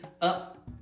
up